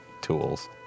tools